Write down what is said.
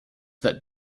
that